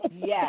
yes